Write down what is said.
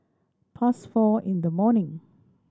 past four in the morning